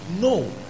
No